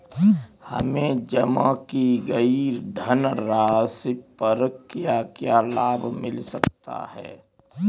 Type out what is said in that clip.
हमें जमा की गई धनराशि पर क्या क्या लाभ मिल सकता है?